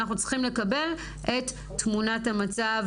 אנחנו צריכים לקבל את תמונת המצב